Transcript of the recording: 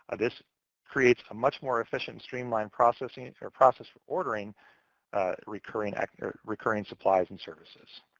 ah this creates a much more efficient, streamlined process and process for ordering recurring ah recurring supplies and services.